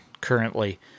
currently